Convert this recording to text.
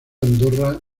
andorra